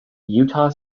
utah